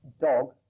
dog